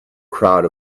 crowd